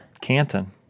Canton